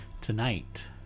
Tonight